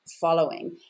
following